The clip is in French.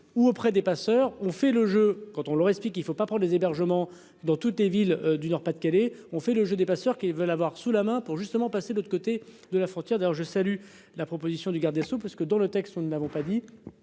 ou auprès des passeurs ont fait le jeu quand on leur explique qu'il ne faut pas prendre les hébergements dans toutes les villes du Nord Pas de Calais. On fait le jeu des passeurs qui veulent avoir sous la main pour justement passer de l'autre côté. De la frontière, d'ailleurs je salue la proposition du Garde des Sceaux, parce que dans le texte dont nous n'avons pas dit.